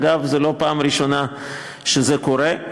אגב, זו לא הפעם הראשונה שזה קורה.